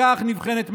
בכך נבחנת מנהיגות.